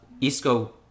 Isco